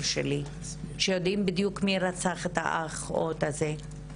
שלי שיודעים בדיוק מי רצח את האח ומתחננים.